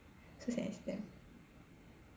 Su Xian is damn